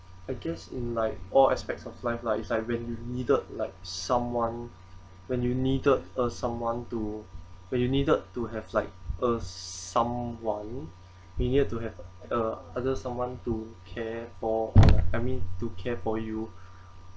I guess in like all aspects of life lah it's like when you needed like someone when you needed a someone to but you needed to have like a someone needed to have other someone to care for I mean to care for you